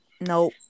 No